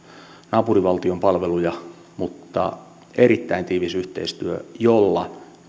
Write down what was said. naapurivaltion palveluja mutta on erittäin tiivis yhteistyö jolla